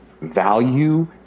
value